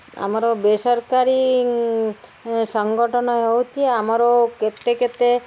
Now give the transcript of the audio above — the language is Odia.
ଆମର ବେସରକାରୀ ସଂଗଠନ ହେଉଛି ଆମର କେତେ କେତେ